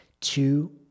Two